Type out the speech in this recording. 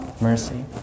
mercy